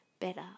better